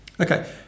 Okay